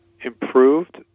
improved